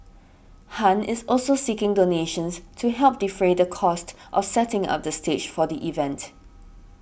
Han is also seeking donations to help defray the cost of setting up the stage for the event